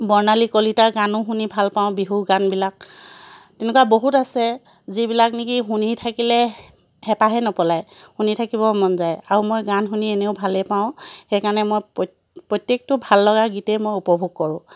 বৰ্ণালী কলিতাৰ গানো শুনি ভাল পাওঁ বিহু গানবিলাক তেনেকুৱা বহুত আছে যিবিলাক নেকি শুনি থাকিলে হেঁপাহেই নপলায় শুনি থাকিবৰ মন যায় আৰু মই গান শুনি এনেও ভালেই পাওঁ সেইকাৰণে মই প্ৰই প্ৰত্যেকটো ভাল লগা গীতেই মই উপভোগ কৰোঁ